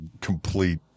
complete